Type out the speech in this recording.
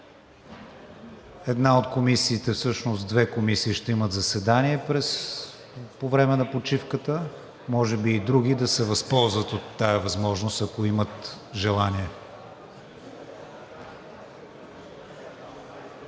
Една от комисиите, всъщност две комисии ще имат заседания по време на почивката. Може би и други да се възползват от тази възможност, ако имат желание.